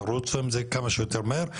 תרוצו עם זה כמה שיותר מהר,